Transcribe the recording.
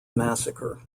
massacre